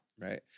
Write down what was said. Right